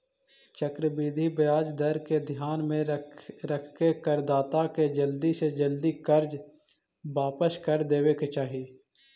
चक्रवृद्धि ब्याज दर के ध्यान में रखके करदाता के जल्दी से जल्दी कर्ज वापस कर देवे के चाही